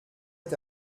est